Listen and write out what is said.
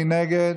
מי נגד?